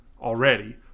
already